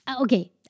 Okay